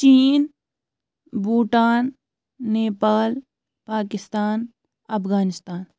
چیٖن بُوٗٹان نیپال پاکِستان افغانِستان